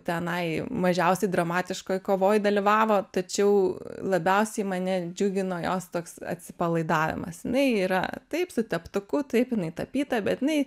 tenai mažiausiai dramatiškoj kovoj dalyvavo tačiau labiausiai mane džiugino jos toks atsipalaidavimas jinai yra taip su teptuku taip jinai tapyta bet jinai